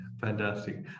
Fantastic